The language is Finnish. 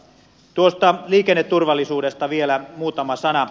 tuosta liikenneturvallisuudesta vielä muutama sana